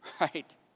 right